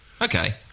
Okay